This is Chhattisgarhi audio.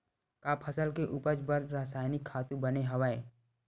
का फसल के उपज बर रासायनिक खातु बने हवय?